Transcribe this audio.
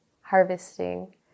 harvesting